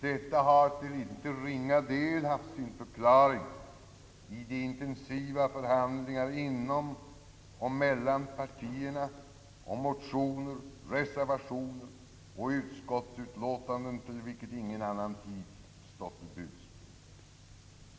Detta har till icke ringa del haft sin förklaring i de intensiva förhandlingar inom och mellan poörtierna om motioner, reservationer och utskottsutlåtanden till vilka ingen annan tid stått till buds.